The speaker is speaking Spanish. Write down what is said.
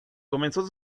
comenzó